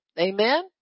Amen